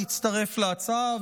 להצטרף להצעה,